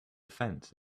fence